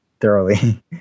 thoroughly